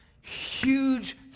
huge